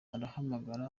aramagana